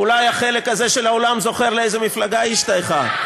אולי החלק הזה של האולם זוכר לאיזו מפלגה היא השתייכה.